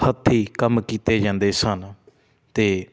ਹੱਥੀਂ ਕੰਮ ਕੀਤੇ ਜਾਂਦੇ ਸਨ ਅਤੇ